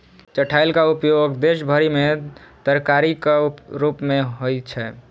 चठैलक उपयोग देश भरि मे तरकारीक रूप मे होइ छै